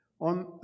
on